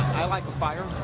i like a fire.